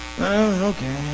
okay